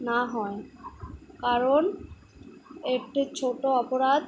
না হয় কারণ একটি ছোটো অপরাধ